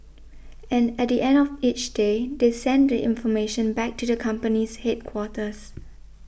and at the end of each day they send the information back to the company's headquarters